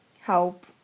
help